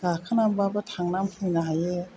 गाखोनानैबाबो थांनानै फैनो हायो